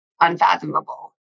unfathomable